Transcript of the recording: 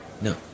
No